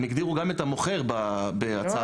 הם הגדירו גם את המוכר בהצעת החוק.